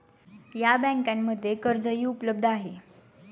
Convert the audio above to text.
या बँकांमध्ये कर्जही उपलब्ध आहे